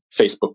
Facebook